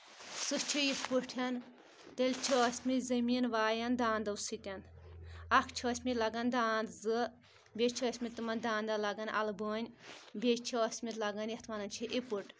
سُہ چھِ یِتھ پٲٹھۍ تیٚلہِ چھِ ٲسۍ مٕتۍ زٔمیٖن وایان داندو سۭتۍ اکھ چھِ ٲسۍ مٕتۍ لاگن داند زٕ بیٚیہِ چھِ ٲسۍ مٕتۍ تِمن داندٕ لگان البٲنۍ بیٚیہِ چھِ ٲسمٕتۍ لاگن یتھ وَنان چھِ اِپٔٹ